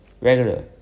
Regular